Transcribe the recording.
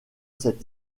cette